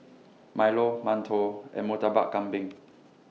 Milo mantou and Murtabak Kambing